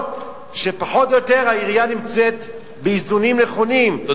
להראות שפחות או יותר העירייה נמצאת באיזונים נכונים,